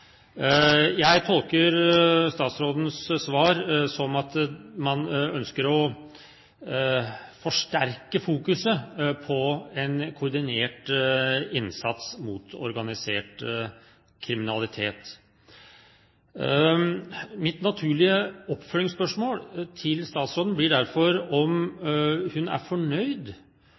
Jeg tolker statsrådens svar som at man ønsker å forsterke fokuset på en koordinert innsats mot organisert kriminalitet. Mitt naturlige oppfølgingsspørsmål til statsråden blir derfor: Er hun fornøyd